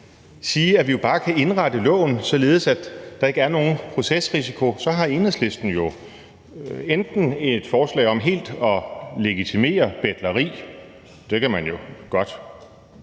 sige, at vi bare kan indrette loven, således at der ikke er nogen procesrisiko, så har Enhedslisten jo enten et forslag om helt at legitimere betleri – det kan man jo godt